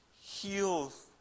heals